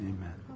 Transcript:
Amen